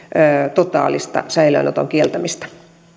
totaalista säilöönoton kieltämistä